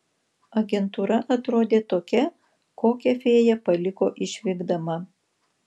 agentūra atrodė tokia kokią fėja paliko išvykdama